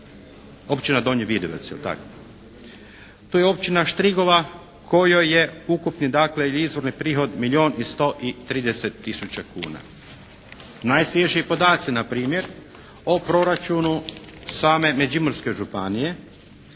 Općina Donji Vidovec jel' tako? To je općina Štrigova koji je ukupni dakle ili izvorni prihod milijun i 100 i 30 tisuća kuna. Najsvježiji podaci na primjer o proračunu same Međimurske županije